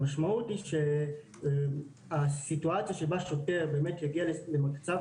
המשמעות היא שהסיטואציה שבה שוטר באמת יגיע למצב